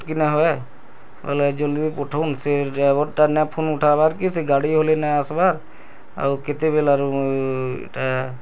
ଅଟ୍କି ନାଇଁ ହଏ ବୋଇଲେ ଜଲ୍ଦି ପଠଉନ୍ ସେ ଡ୍ରାଇଭର୍ଟା ନା ଫୋନ୍ ଉଠାବାର୍ କି ସେ ଗାଡ଼ି ବୋଲି ନାଏ ଆସ୍ବାର୍ ଆଉ କେତେବେଲେ ଆରୁ ଏଟା